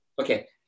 Okay